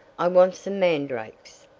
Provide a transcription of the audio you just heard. i want some mandrakes.